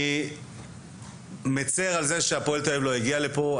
אני מצר על זה שהפועל תל אביב לא הגיעה לפה,